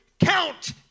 count